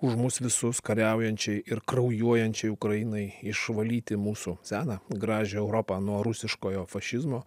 už mus visus kariaujančiai ir kraujuojančiai ukrainai išvalyti mūsų seną gražią europą nuo rusiškojo fašizmo